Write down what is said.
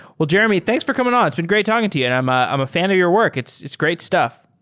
well, jeremy, thanks for coming on. it's been great talking to, yeah and i'm ah i'm a fan of your work. it's it's great stuff.